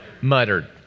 Muttered